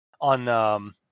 on